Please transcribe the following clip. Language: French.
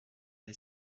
des